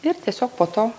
ir tiesiog po to